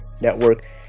Network